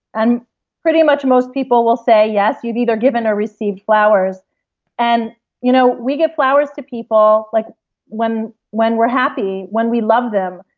and pretty much most people will say, yes, you've either given or received flowers and you know we give flowers to people like when when we're happy, when we love them,